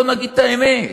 בואו נגיד את האמת.